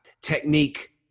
technique